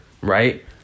Right